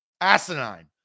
asinine